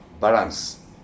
balance